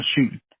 shooting